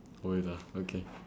always ah okay